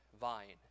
vine